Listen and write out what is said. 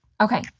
Okay